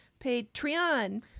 Patreon